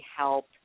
help